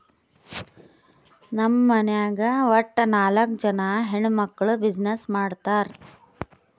ನಮ್ ಮನ್ಯಾಗ್ ವಟ್ಟ ನಾಕ್ ಜನಾ ಹೆಣ್ಮಕ್ಕುಳ್ ಬಿಸಿನ್ನೆಸ್ ಮಾಡ್ತಾರ್